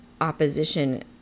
opposition